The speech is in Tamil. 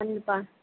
வந்து பா